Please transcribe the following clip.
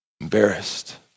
embarrassed